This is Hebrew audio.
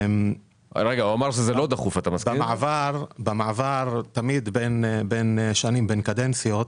במעבר בין קדנציות,